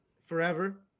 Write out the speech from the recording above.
Forever